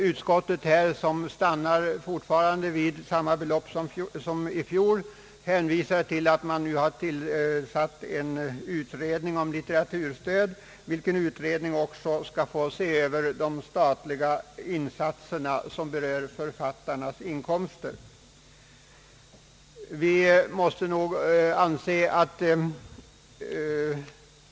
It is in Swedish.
Utskottet, som stannat vid samma belopp som i fjol, hänvisar till att man nu har tillsatt en utredning om litteraturstöd, vilken utredning också skall se över de statliga insatser som berör författarnas inkomster.